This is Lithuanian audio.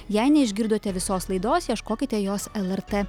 jei neišgirdote visos laidos ieškokite jos lrt